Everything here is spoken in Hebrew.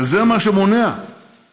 שזה מה שמונע את